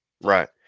Right